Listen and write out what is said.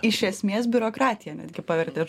iš esmės biurokratiją netgi pavertė